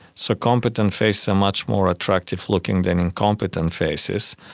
so competent faces are much more attractive looking than incompetent faces.